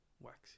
Wax